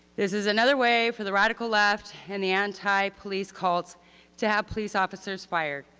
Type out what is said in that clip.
this is another way for the radical left and the anti-police cults to have police officers fired.